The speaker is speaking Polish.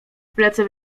plecy